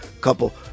couple